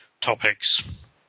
topics